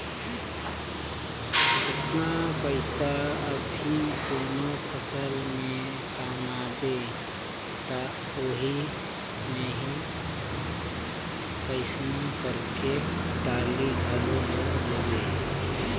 जेतना पइसा अभी दूनो फसल में कमाबे त ओही मे ही कइसनो करके टाली घलो ले लेबे